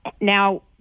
Now